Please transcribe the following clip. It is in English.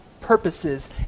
purposes